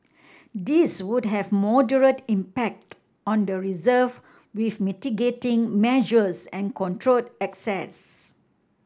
these would have moderate impact on the reserve with mitigating measures and controlled access